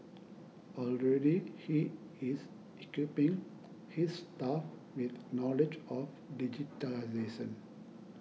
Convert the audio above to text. already he is equipping his staff with knowledge of digitisation